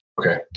Okay